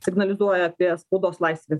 signalizuoja apie spaudos laisvės